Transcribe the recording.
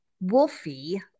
Wolfie